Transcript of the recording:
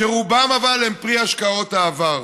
שרובם הם פרי השקעות העבר.